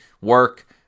work